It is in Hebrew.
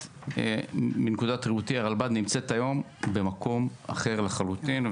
מנקודת ראותי הרלב"ד נמצאת היום במקום אחר לחלוטין,